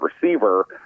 receiver